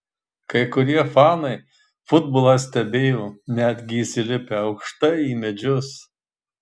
kai kurie fanai futbolą stebėjo netgi įsilipę aukštai į medžius